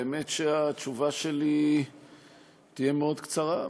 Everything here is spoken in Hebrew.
האמת שהתשובה שלי תהיה מאוד קצרה,